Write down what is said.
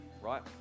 right